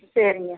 சரிங்க